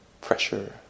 pressure